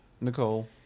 Nicole